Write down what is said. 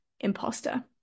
Imposter